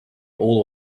all